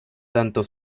tanto